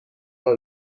راه